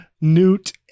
Newt